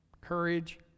courage